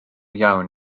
iawn